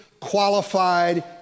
qualified